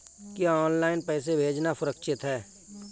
क्या ऑनलाइन पैसे भेजना सुरक्षित है?